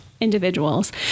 individuals